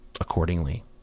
accordingly